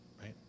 Right